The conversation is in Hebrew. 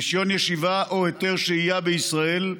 רישיון ישיבה או היתר שהייה בישראל,